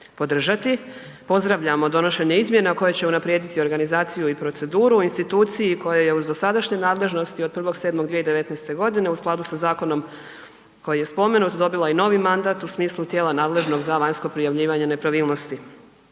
podržati. Pozdravljamo donošenje izmjena koje će unaprijediti organizaciju i proceduru u instituciji koja je uz dosadašnje nadležnosti od 1.7.2019.g. u skladu sa zakonom koji je spomenut dobila i novi mandat u smislu tijela nadležnog za vanjsko prijavljivanje nepravilnosti.